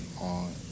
on